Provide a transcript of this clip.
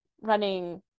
Running